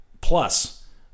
plus